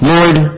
Lord